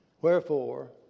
Wherefore